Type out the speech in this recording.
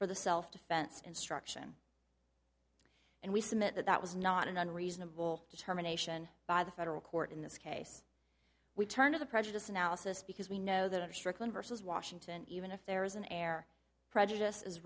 for the self defense instruction and we submit that that was not an unreasonable determination by the federal court in this case we turn to the prejudiced analysis because we know that of strickland versus washington even if there is an air prejudice is